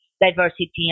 diversity